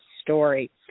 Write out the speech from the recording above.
story